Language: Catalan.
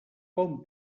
com